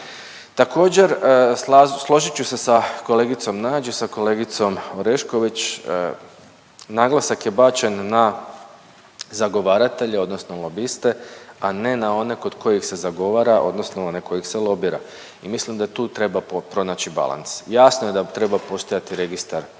Također složit ću se sa kolegicom Nađ i sa kolegicom Orešković, naglasak je bačen na zagovaratelje odnosno lobiste, a ne na one kod kojih se zagovara odnosno one kojih se lobira i mislim da tu treba pronaći balans. Jasno je da treba postojati Registar